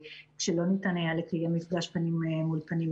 כשלא ניתן היה לקיים מפגש פנים אל פנים,